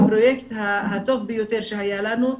הפרויקט הטוב ביותר שהיה לנו,